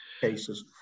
cases